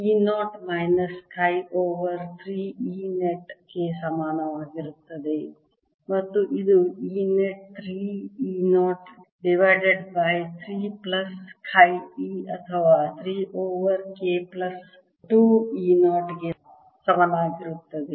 E 0 minus chi over 3 e net ಗೆ ಸಮಾನವಾಗಿರುತ್ತದೆ ಮತ್ತು ಇದು e net 3 E 0 divided by 3 plus chi e ಅಥವಾ 3 ಓವರ್ K ಪ್ಲಸ್ 2 E 0 ಗೆ ಸಮನಾಗಿರುತ್ತದೆ